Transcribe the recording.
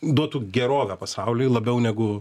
duotų gerovę pasauliui labiau negu